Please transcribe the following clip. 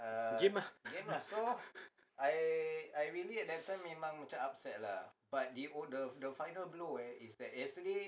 game lah